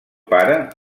pare